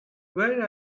where